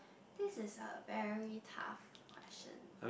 this is a very tough question